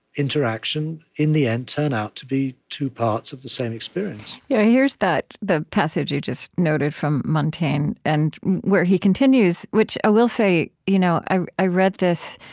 interaction, in the end turn out to be two parts of the same experience yeah here's the passage you just noted from montaigne and where he continues which, i will say, you know i i read this,